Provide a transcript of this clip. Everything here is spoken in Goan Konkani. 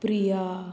प्रिया